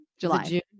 July